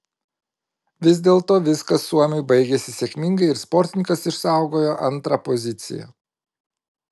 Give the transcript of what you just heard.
vis dėlto viskas suomiui baigėsi sėkmingai ir sportininkas išsaugojo antrą poziciją